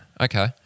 Okay